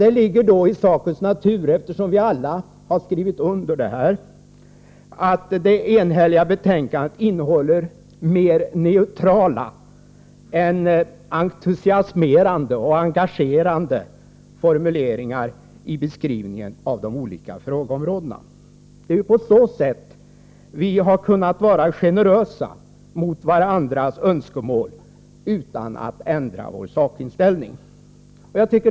Det ligger i sakens natur att det enhälliga betänkandet — eftersom vi alla skrivit under det — innehåller mer neutrala än entusiasmerande och engagerande formuleringar i beskrivningen av de olika frågeområdena. På så sätt har vi kunnat visa en generös inställning till varandras önskemål utan att ändra vår sakinställning.